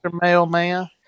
mailman